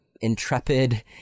intrepid